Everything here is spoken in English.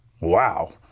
wow